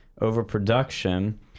overproduction